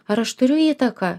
ar aš turiu įtaką